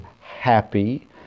happy